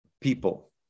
people